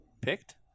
picked